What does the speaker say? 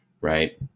right